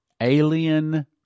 alien